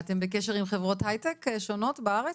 ואתן בקשר עם חברות הייטק שונות בארץ?